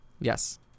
Yes